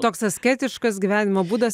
toks asketiškas gyvenimo būdas